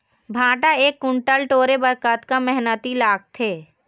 भांटा एक कुन्टल टोरे बर कतका मेहनती लागथे?